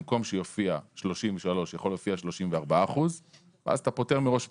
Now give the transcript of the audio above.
במקום שיופיע 33 יכול להופיע 34 ואז אתה פותר מראש את